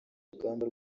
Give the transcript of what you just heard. urugamba